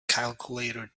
calculator